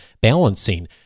balancing